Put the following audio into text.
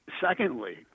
secondly